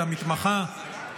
למִתְמַחָה.